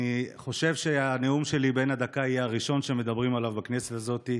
אני חושב שהנאום שלי בן הדקה יהיה הראשון שמדברים עליו בכנסת הזאת.